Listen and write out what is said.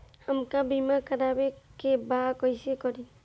हमका बीमा करावे के बा कईसे करी?